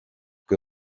que